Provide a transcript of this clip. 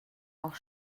auch